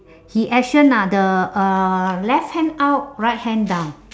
he action ah the uh left hand up right hand down